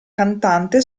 cantante